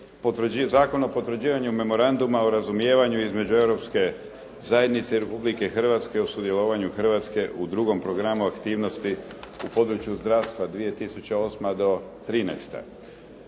Zakon o potvrđivanju Memoranduma o razumijevanju između Europske zajednice i Republike Hrvatske o sudjelovanju Hrvatske u drugom programu aktivnosti u području zdravstva 2008.-2013.